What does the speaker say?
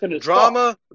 Drama